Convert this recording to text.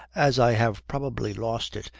as i have probably lost it,